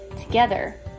Together